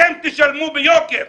אתם תשלמו ביוקר.